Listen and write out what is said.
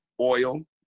oil